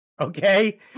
Okay